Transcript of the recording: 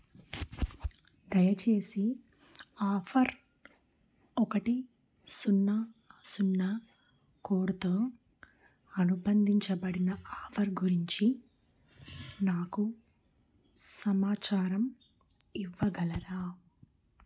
దయచేసి ఆఫర్ ఒకటి సున్నా సున్నా కోడుతో అనుబంధించబడిన ఆఫర్ గురించి నాకు సమాచారం ఇవ్వగలరా